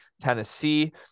Tennessee